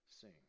sing